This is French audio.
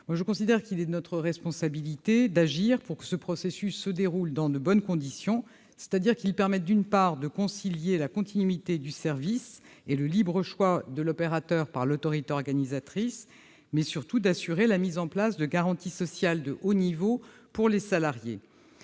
Je considère qu'il est de notre responsabilité d'agir pour que ce processus se déroule dans de bonnes conditions, permettant de concilier la continuité du service et le libre choix de l'opérateur par l'autorité organisatrice, mais surtout d'assurer la mise en place de garanties sociales de haut niveau pour les salariés.